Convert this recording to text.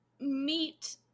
meet